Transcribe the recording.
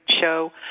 show